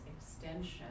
extension